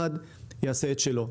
יעשה את שלו.